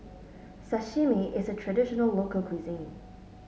sashimi is a traditional local cuisine